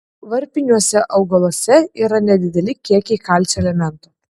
varpiniuose augaluose yra nedideli kiekiai kalcio elemento